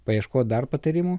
paieškot dar patarimų